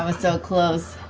ah so close.